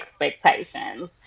expectations